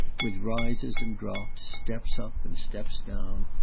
with rises and drops, steps up and steps down,